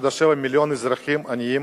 1.7 מיליון אזרחים עניים,